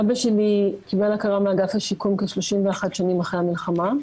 אבא שלי קיבל הכרה מאגף השיקום כ-31 שנים אחרי המלחמה.